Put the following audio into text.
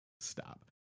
stop